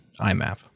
IMAP